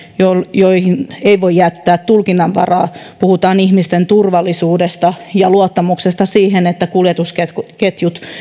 joihin ei voi jättää tulkinnanvaraa puhutaan ihmisten turvallisuudesta ja luottamuksesta siihen että kuljetusketjut